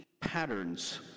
patterns